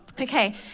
Okay